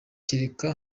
kereka